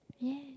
yes